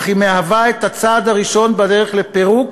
אך היא מהווה את הצעד הראשון בדרך לפירוק